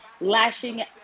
lashing